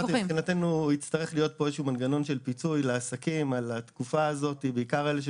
נצטרך לייצר מנגנון פיצוי לעסקים המדוברים.